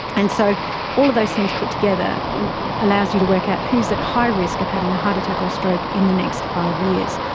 and so all of those things put together allows you to work out who's at high risk of having a heart attack or a stroke in the next five years.